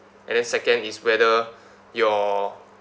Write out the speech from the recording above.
and then second is whether your